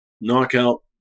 knockout